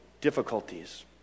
difficulties